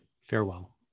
Farewell